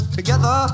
together